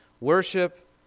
Worship